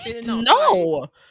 no